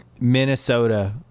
Minnesota